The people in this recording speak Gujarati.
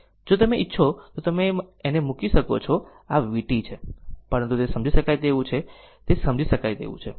જો તમે ઇચ્છો તો તમે તેને મૂકી શકો છો આ vt છે પરંતુ તે સમજી શકાય તેવું છે તે સમજી શકાય તેવું છે